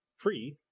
free